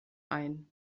ein